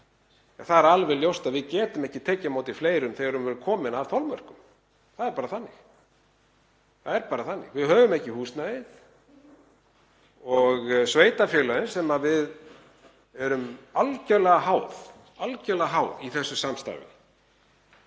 þá er alveg ljóst að við getum ekki tekið á móti fleirum þegar við erum komin að þolmörkum. Það er bara þannig. Við höfum ekki húsnæði og sveitarfélögin, sem við erum algerlega háð í þessu samstarfi,